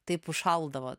taip užšaldavo